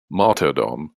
martyrdom